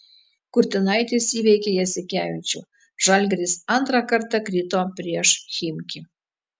kurtinaitis įveikė jasikevičių žalgiris antrą kartą krito prieš chimki